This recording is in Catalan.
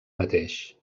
mateix